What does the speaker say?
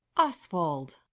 oswald!